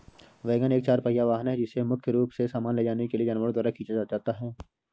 wagon एक चार पहिया वाहन है जिसे मुख्य रूप से सामान ले जाने के लिए जानवरों द्वारा खींचा जाता है